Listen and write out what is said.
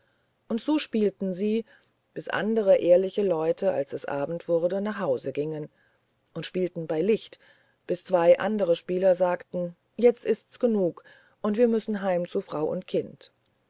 und so spielten sie bis andere ehrliche leute als es abend wurde nach hause gingen und spielten bei licht bis zwei andere spieler sagten jetzt ist's genug und wir müssen heim zu frau und kind